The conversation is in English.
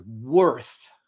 worth